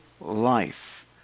life